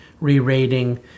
re-rating